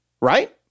right